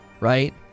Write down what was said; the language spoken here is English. right